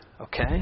okay